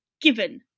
Given